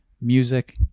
music